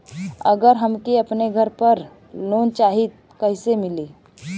अगर हमके अपने घर पर लोंन चाहीत कईसे मिली?